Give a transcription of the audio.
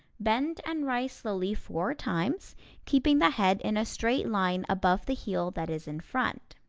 bend and rise slowly four times keeping the head in a straight line above the heel that is in front.